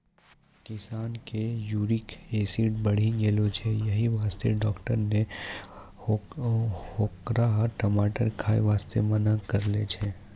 किशन के uric acid बढ़ी गेलो छै यही वास्तॅ डाक्टर नॅ होकरा टमाटर खाय वास्तॅ मना करनॅ छै